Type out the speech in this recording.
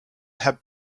have